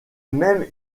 même